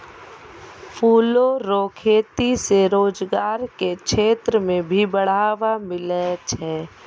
फूलो रो खेती से रोजगार के क्षेत्र मे भी बढ़ावा मिलै छै